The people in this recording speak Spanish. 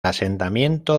asentamiento